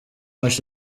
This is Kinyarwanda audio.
much